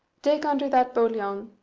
dig under that boliaun,